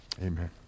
Amen